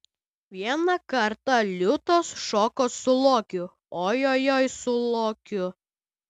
vieną kartą liūtas šoko su lokiu ojojoi su lokiu